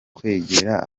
kwegera